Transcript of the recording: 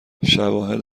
شواهد